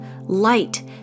light